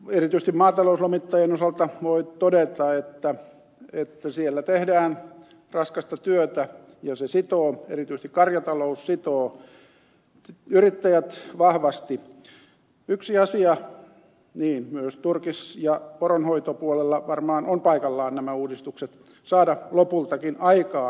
erityisesti maatalouslomittajien osalta voi todeta että siellä tehdään raskasta työtä ja se sitoo erityisesti karjatalous sitoo yrittäjät vahvasti ja myös turkis ja poronhoitopuolella varmaan on paikallaan nämä uudistukset saada lopultakin aikaan